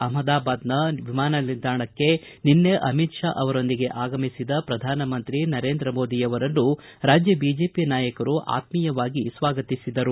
ಅಹಮದಾಬಾದ್ನ ವಿಮಾನ ನಿಲ್ಲಾಣಕ್ಕೆ ನಿನ್ನೆ ಅಮಿತ್ ಶಾ ಅವರೊಂದಿಗೆ ಆಗಮಿಸಿದ ಪ್ರಧಾನಮಂತ್ರಿ ನರೇಂದ್ರ ಮೋದಿ ಅವರನ್ನು ರಾಜ್ಯ ಬಿಜೆಪಿ ನಾಯಕರು ಆತ್ಮೀಯವಾಗಿ ಸ್ವಾಗತಿಸಿದರು